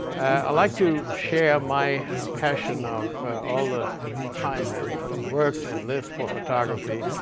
i'd like to share my ah passion of all the time i and worked and lived for photography,